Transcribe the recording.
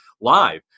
live